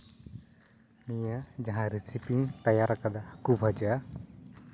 ᱱᱤᱭᱟᱹ ᱡᱟᱦᱟᱸ ᱨᱮᱥᱤᱯᱤᱧ ᱛᱮᱭᱟᱨ ᱟᱠᱟᱫᱟ ᱦᱟᱹᱠᱩ ᱵᱷᱟᱡᱟ